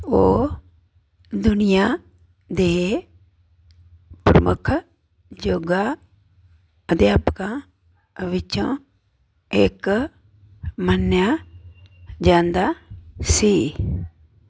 ਉਹ ਦੁਨੀਆ ਦੇ ਪ੍ਰਮੁੱਖ ਯੋਗਾ ਅਧਿਆਪਕਾਂ ਵਿੱਚੋਂ ਇੱਕ ਮੰਨਿਆ ਜਾਂਦਾ ਸੀ